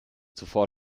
zuvor